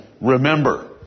Remember